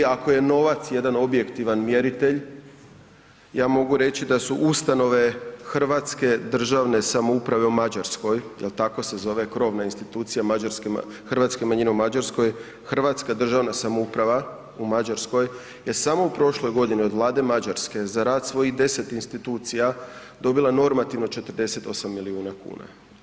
Ako je novac jedan objektivan mjeritelj, ja mogu reći da su ustanove Hrvatske državne samoupravne u Mađarskoj, jel tako se zove krovna institucija hrvatske manjine u Mađarskoj, Hrvatska državna samouprava u Mađarskoj je samo u prošloj godini od vlade Mađarske za rad svojih 10 institucija dobila normativno 48 milijuna kuna.